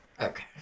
Okay